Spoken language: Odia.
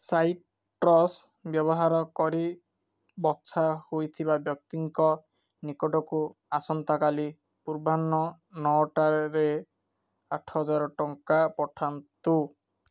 ସାଇଟ୍ରସ୍ ବ୍ୟବହାର କରି ବଛା ହୋଇଥିବା ବ୍ୟକ୍ତିଙ୍କ ନିକଟକୁ ଆସନ୍ତାକାଲି ପୂର୍ବାହ୍ନ ନଅଟାରେ ଆଠ ହଜାର ଟଙ୍କା ପଠାନ୍ତୁ